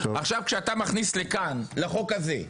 עכשיו, כשאתה מכניס לכאן לחוק הזה,